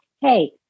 Hey